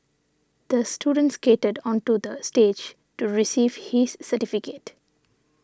the student skated onto the stage to receive his certificate